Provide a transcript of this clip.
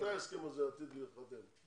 מתי ההסכם הזה עתיד להיחתם?